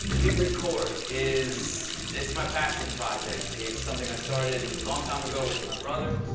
hit record is. it's my passion project. it's something i started long time ago with my brother.